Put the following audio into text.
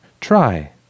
try